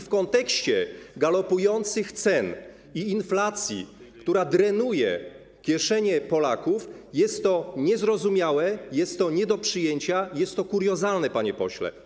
W kontekście galopujących cen i inflacji, która drenuje kieszenie Polaków, jest to niezrozumiałe, jest to nie do przyjęcia, jest to kuriozalne, panie pośle.